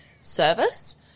service